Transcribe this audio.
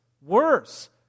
worse